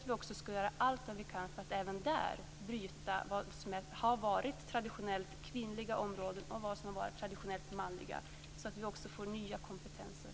Vi skall göra allt vi kan för att även där bryta det som traditionellt har varit kvinnliga respektive manliga områden, så att vi också får nya kompetenser.